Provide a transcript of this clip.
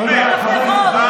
תודה, חבר הכנסת אמסלם, די.